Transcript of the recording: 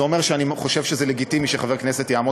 זה אומר שאני חושב שזה לגיטימי שחבר כנסת יעמוד